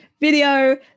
video